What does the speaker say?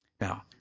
Now